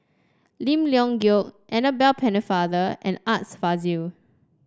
Lim Leong Geok Annabel Pennefather and Art Fazil